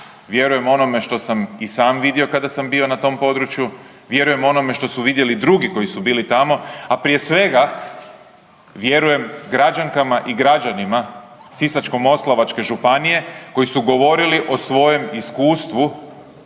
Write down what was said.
vjerujem onome što sam i sam vidio kada sam bio na tom području, vjerujem onome što su vidjeli drugi koji su bili tamo, a prije svega vjerujem građankama i građanima Sisačko-moslavačke županije koji su govorili o svojem iskustvu